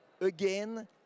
again